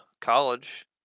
college